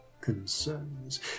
concerns